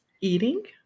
eating